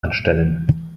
anstellen